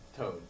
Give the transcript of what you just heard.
Toad